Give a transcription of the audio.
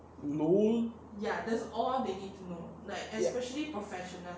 LOL ya